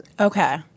Okay